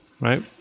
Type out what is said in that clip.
right